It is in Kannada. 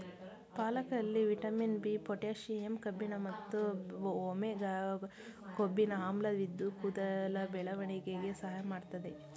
ಪಾಲಕಲ್ಲಿ ವಿಟಮಿನ್ ಬಿ, ಪೊಟ್ಯಾಷಿಯಂ ಕಬ್ಬಿಣ ಮತ್ತು ಒಮೆಗಾ ಕೊಬ್ಬಿನ ಆಮ್ಲವಿದ್ದು ಕೂದಲ ಬೆಳವಣಿಗೆಗೆ ಸಹಾಯ ಮಾಡ್ತದೆ